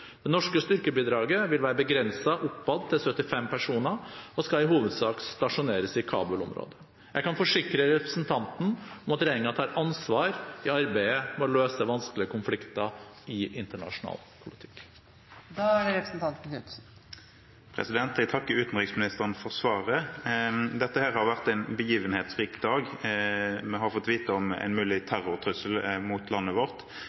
Det norske styrkebidraget vil være begrenset oppad til 75 personer og skal i hovedsak stasjoneres i Kabul-området. Jeg kan forsikre representanten Knutsen om at regjeringen tar ansvar i arbeidet med å løse vanskelige konflikter i internasjonal politikk. Jeg takker utenriksministeren for svaret. Dette har vært en begivenhetsrik dag. Vi har fått vite om en mulig terrortrussel mot landet vårt,